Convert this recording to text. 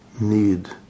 need